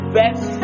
best